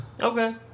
okay